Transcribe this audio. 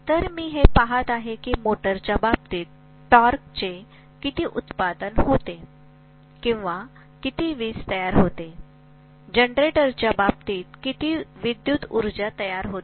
तर मी हे पहात आहे की मोटरच्या बाबतीत टॉर्कचे किती उत्पादन होते किंवा किती वीज तयार होते जनरेटरच्या बाबतीत किती विद्युत उर्जा तयार होते